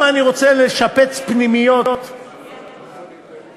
אנחנו יודעים שמעבר לזה,